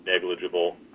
negligible